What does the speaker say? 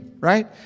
right